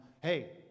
Hey